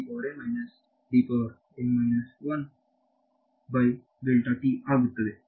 ಈಗ ಇದು ಆಗುತ್ತದೆ